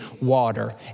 water